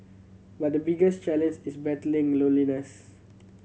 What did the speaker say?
but the biggest challenge is battling loneliness